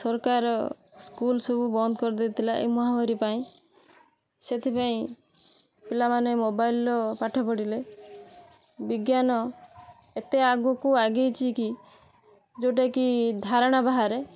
ସରକାର ସ୍କୁଲ ସବୁ ବନ୍ଦ କରି ଦେଇଥିଲା ଏଇ ମହାମାରୀ ପାଇଁ ସେଥିପାଇଁ ପିଲାମାନେ ମୋବାଇଲର ପାଠ ପଢ଼ିଲେ ବିଜ୍ଞାନ ଏତେ ଆଗକୁ ଆଗେଇଛି କି ଯେଉଁଟା କି ଧାରଣା ବାହାରେ